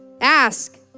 ask